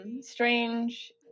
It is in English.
strange